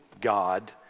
God